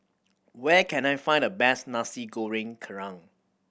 where can I find the best Nasi Goreng Kerang